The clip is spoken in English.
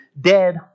dead